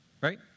right